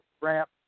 ramp